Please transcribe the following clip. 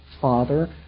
Father